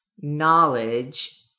knowledge